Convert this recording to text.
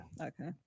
okay